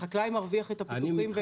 החקלאי מרוויח את הפיתוחים.